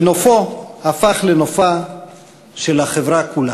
ונופו הפך לנופה של החברה כולה.